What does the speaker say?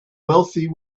wealthy